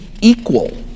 equal